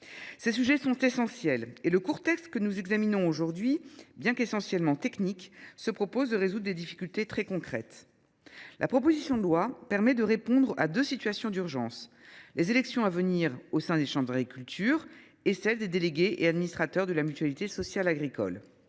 Ces sujets sont essentiels. Et le court texte que nous examinons aujourd’hui, bien qu’il soit de nature technique, a pour objet de résoudre des difficultés très concrètes. La proposition de loi permet de répondre à deux situations d’urgence : les élections à venir au sein des chambres d’agriculture et celles des délégués et des administrateurs de la mutualité sociale agricole.